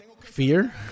Fear